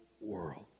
world